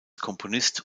komponist